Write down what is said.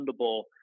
fundable